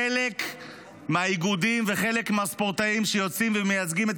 בחלק מהאיגודים ולחלק מהספורטאים שיוצאים ומייצגים את